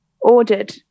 ordered